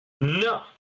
no